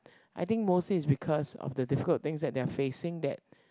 I think mostly is because of the difficult things that they are facing that